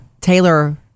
Taylor